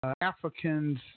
Africans